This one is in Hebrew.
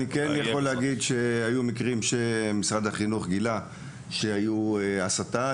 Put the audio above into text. אני יכול להגיד שמשרד החינוך גילה שהייתה הסתה,